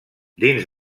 dins